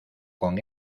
con